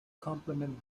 complement